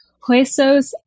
Huesos